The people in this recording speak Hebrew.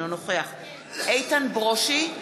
אינו נוכח איתן ברושי,